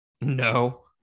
No